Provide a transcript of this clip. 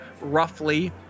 roughly